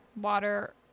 water